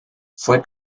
fue